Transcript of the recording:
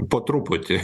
po truputį